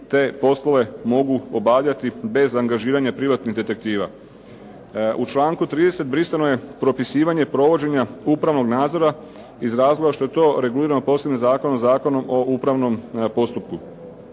te poslove mogu obavljati bez angažiranja privatnih detektiva. U članku 30. brisano je propisivanje provođenja upravnog nadzora iz razloga što je to regulirano posebnim zakonom, Zakonom o upravnom postupku